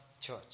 church